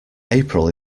april